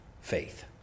faith